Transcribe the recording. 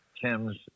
tim's